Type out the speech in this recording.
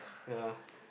ya